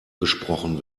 gesprochen